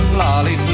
lolly